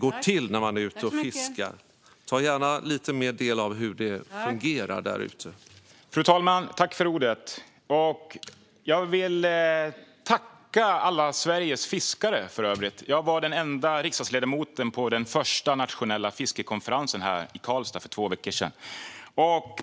Fru talman! Jag vill tacka alla Sveriges fiskare. Jag var den enda riksdagsledamoten på den första nationella fiskekonferensen i Karlstad för två veckor sedan.